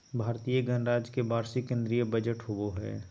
भारतीय गणराज्य के वार्षिक केंद्रीय बजट होबो हइ